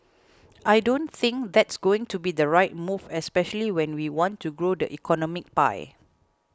I don't think that's going to be the right move especially when we want to grow the economic pie